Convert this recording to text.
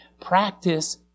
Practice